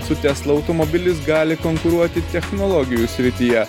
su tesla automobilis gali konkuruoti technologijų srityje